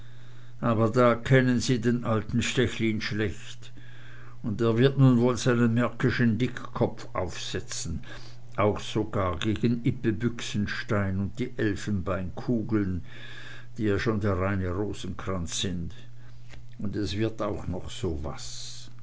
aber da kennen sie den alten stechlin schlecht und er wird nun wohl seinen märkischen dickkopf aufsetzen auch sogar gegen ippe büchsenstein und die elfenbeinkugeln die ja schon der reine rosenkranz sind und es wird auch noch so was